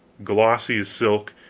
glossy as silk,